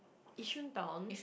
Yishun town